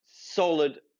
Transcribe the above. solid